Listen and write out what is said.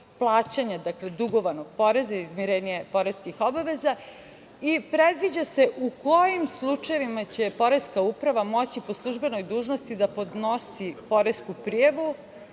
plaćanja dugovanog poreza i izmirenje poreskih obaveza i predviđa se u kojim slučajevima će se poreska uprava moći po službenoj dužnosti da podnosi poresku prijavu